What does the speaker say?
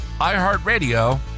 iHeartRadio